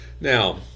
Now